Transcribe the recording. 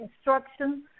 instruction